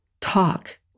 talk